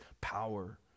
power